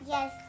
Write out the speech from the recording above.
Yes